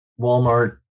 Walmart